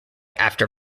after